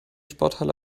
sporthalle